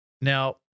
now